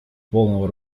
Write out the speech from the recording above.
полного